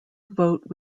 vote